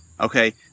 okay